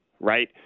right